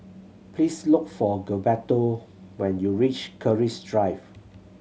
please look for Gilberto when you reach Keris Drive